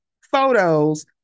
photos